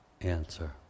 answer